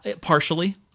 partially